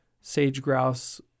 sage-grouse